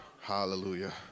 Hallelujah